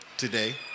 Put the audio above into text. today